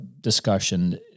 discussion